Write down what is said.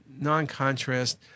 non-contrast